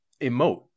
emote